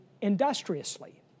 industriously